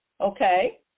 Okay